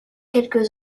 quelques